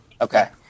Okay